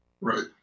Right